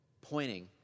pointing